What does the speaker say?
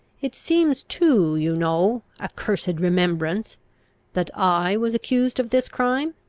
it seems too you know accursed remembrance that i was accused of this crime?